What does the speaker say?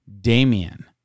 Damian